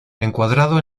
encuadrado